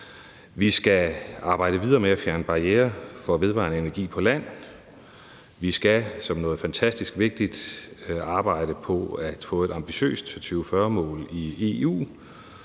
Vi skal arbejde videre med at fjerne barrierer for vedvarende energi på land, vi skal som noget fantastisk vigtigt arbejde på at få et ambitiøst 2040-mål i EU,